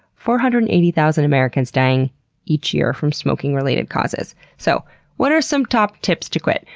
four hundred and eighty thousand americans dying each year from smoking related causes. so what are some top tips to quit?